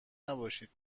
نباشید